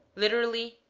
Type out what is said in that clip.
literally,